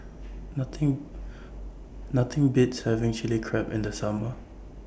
Nothing Nothing Beats having Chilli Crab in The Summer